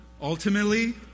Ultimately